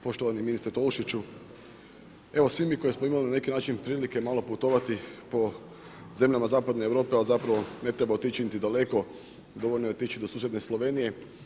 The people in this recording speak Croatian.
Poštovani ministre Tolušiću, evo svi mi koji smo imali na neki način prilike malo putovati po zemljama zapadne Europe a zapravo ne treba otići niti daleko, dovoljno je otići do susjedne Slovenije.